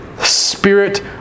Spirit